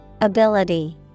Ability